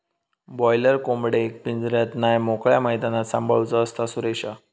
boiler कोंबडेक पिंजऱ्यात नाय मोकळ्या मैदानात सांभाळूचा असता, सुरेशा